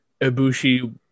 Ibushi